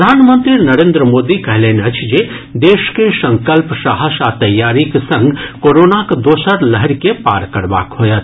प्रधानमंत्री नरेन्द्र मोदी कहलनि अछि जे देश के संकल्प साहस आ तैयारीक संग कोरोनाक दोसर लहरि के पार करबाक होयत